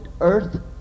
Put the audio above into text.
earth